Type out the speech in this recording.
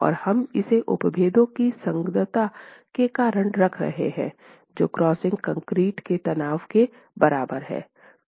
और हम इसे उपभेदों की संगतता के कारण रख रहे हैं जोक्रशिंग कंक्रीट के तनाव के बराबर हैं